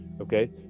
Okay